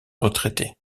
retraité